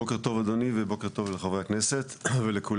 בוקר טוב, אדוני, ובוקר טוב לחברי הכנסת ולכולם.